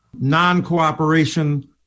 non-cooperation